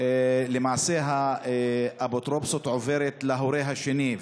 למעשה האפוטרופסות עוברת להורה השני,